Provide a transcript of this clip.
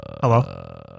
hello